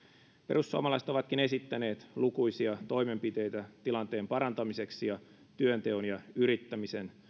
perussuomalaiset ovatkin esittäneet lukuisia toimenpiteitä tilanteen parantamiseksi ja työnteon ja yrittämisen